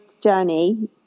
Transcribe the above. journey